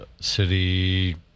city